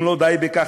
אם לא די בכך,